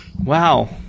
Wow